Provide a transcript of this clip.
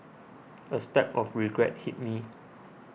a stab of regret hit me